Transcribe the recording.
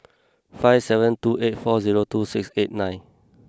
five seven two eight four zero two six eight nine